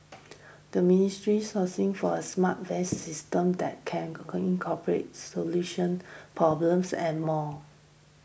the ministry sourcing for a smart vest system that can corporate solutions problems and more